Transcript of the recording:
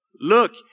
Look